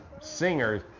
singers